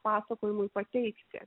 pasakojimui pateikti